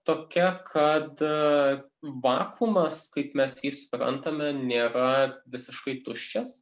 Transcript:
tokia kad vakuumas kaip mes jį suprantame nėra visiškai tuščias